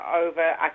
over